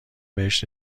بهش